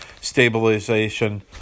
stabilization